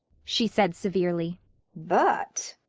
she said severely but,